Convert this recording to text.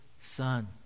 son